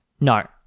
No